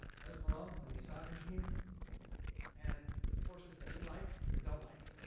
hezbollah and the asad regime and forces that we like and don't like.